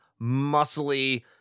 muscly